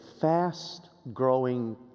fast-growing